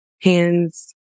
Hands